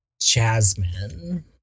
Jasmine